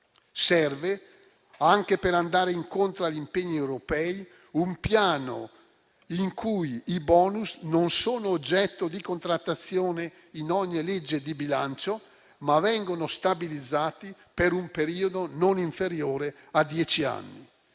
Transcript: Serve, anche per andare incontro agli impegni europei, un piano in cui i *bonus* non sono oggetto di contrattazione in ogni legge di bilancio, ma vengono stabilizzati per un periodo non inferiore a dieci anni.